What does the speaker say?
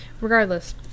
regardless